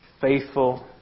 faithful